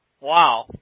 Wow